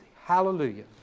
hallelujah